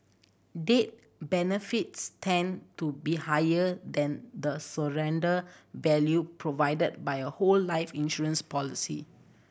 benefits tend to be higher than the surrender value provided by a whole life insurance policy